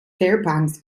fairbanks